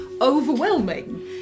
overwhelming